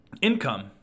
income